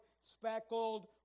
speckled